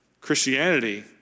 Christianity